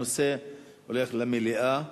הנושא הולך למליאה.